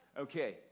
Okay